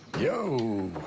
yo.